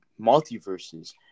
multiverses